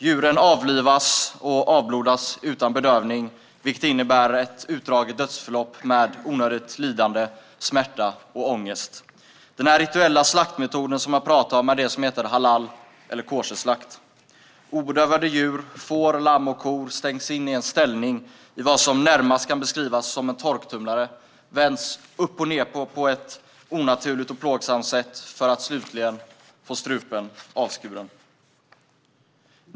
Djuren avlivas och avblodas utan bedövning, vilket innebär ett utdraget dödsförlopp med onödigt lidande, smärta och ångest. Den rituella slaktmetod som jag talar om är det som heter halal eller koscherslakt. Obedövade djur - får, lamm och kor - stängs in i en ställning i vad som närmast kan beskrivas som en torktumlare och vänds upp och ned på ett onaturligt och plågsamt sätt för att slutligen få strupen avskuren.